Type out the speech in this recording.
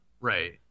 right